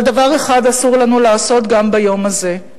אבל דבר אחד אסור לנו לעשות גם ביום הזה,